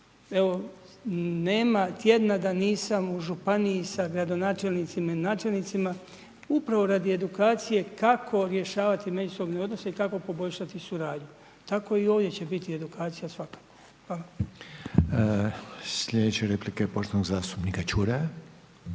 inače, nema tjedna da nisam u županiji sa gradonačelnicima i načelnicima, upravo radi edukacije, kako rješavati međusobne odnose i tako poboljšati suradnju. Tako i ovdje će biti edukacija svakako. Hvala. **Reiner, Željko (HDZ)** Sljedeća replika je poštovanog zastupnika Čuraja.